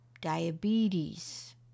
diabetes